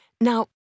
Now